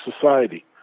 society